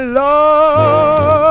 love